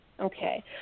Okay